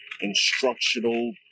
instructional